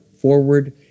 forward